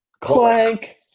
clank